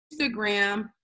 Instagram